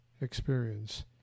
experience